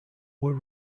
were